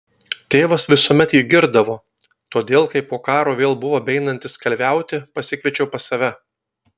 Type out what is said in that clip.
tėvas visuomet jį girdavo todėl kai po karo vėl buvo beeinantis kalviauti pasikviečiau pas save